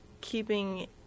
keeping